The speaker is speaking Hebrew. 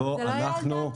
זה לא היה על דעתנו.